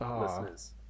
listeners